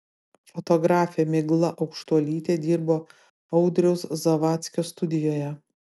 fotografė migla aukštuolytė dirbo audriaus zavadskio studijoje